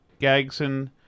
Gagson